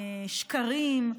שקרים.